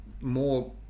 more